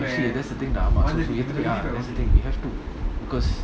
that's the thing that's the thing you have to because